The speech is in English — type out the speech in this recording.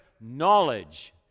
knowledge